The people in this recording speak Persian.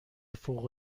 فوق